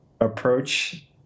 approach